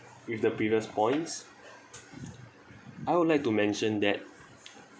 with the previous points I would like to mention that